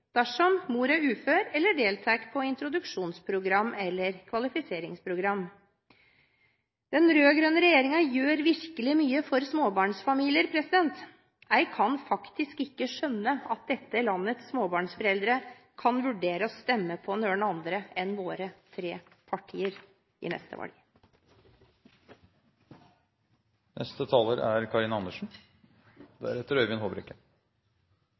dersom mor er ufør eller deltar på introduksjonsprogram eller kvalifiseringsprogram. Den rød-grønne regjeringen gjør virkelig mye for småbarnsfamilier. Jeg kan faktisk ikke skjønne at dette landets småbarnsforeldre kan vurdere å stemme på noen andre enn våre tre partier ved neste valg. I